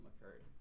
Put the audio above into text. occurred